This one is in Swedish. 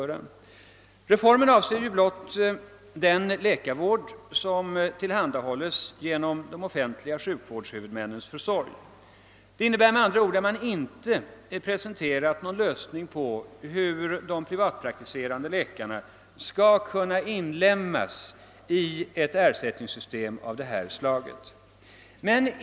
Reformen avser blott den läkarvård som tillhandahålles genom de offentliga sjukvårdshuvudmännens försorg. Det innebär med andra ord att man inte har presenterat någon lösning på hur de privatpraktiserande läkarna skall kunna inlemmas i ett ersättningssystem av detta slag.